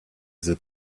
that